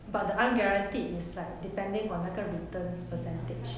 but the unguaranteed is like depending on 那个 returns percentage